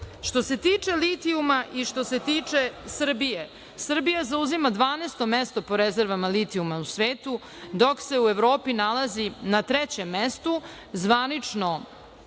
se tiče litijuma i što se tiče Srbije, Srbija zauzima 12. mesto po rezervama litijuma u svetu, dok se u Evropi nalazi na trećem mestu, zvanično